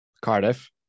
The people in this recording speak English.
Cardiff